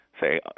say